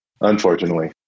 unfortunately